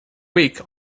week